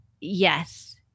yes